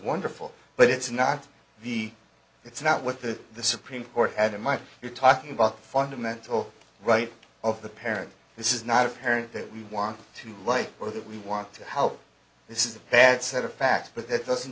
wonderful but it's not the it's not what the the supreme court had in mind you're talking about a fundamental right of the parent this is not a parent that we want to like or that we want to help this is a bad set of facts but that doesn't